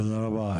תודה רבה.